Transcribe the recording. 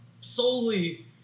solely